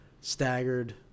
staggered